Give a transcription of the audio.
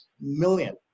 million